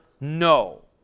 no